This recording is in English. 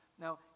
Now